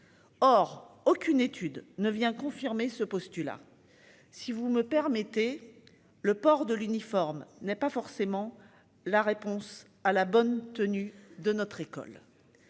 Or, aucune étude ne vient confirmer ce postulat. Si vous me permettez le port de l'uniforme n'est pas forcément la réponse à la bonne tenue de notre école.